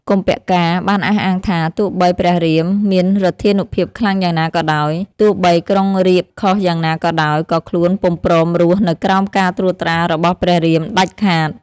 កុម្ពកាណ៍ បានអះអាងថា ទោះបីព្រះរាមមានឫទ្ធានុភាពខ្លាំងយ៉ាងណាក៏ដោយ ទោះបីក្រុងរាពណ៍ខុសយ៉ាងណាក៏ដោយ ក៏ខ្លួនពុំព្រមរស់ នៅក្រោមការត្រួតត្រារបស់ព្រះរាមដាច់ខាត។